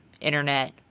internet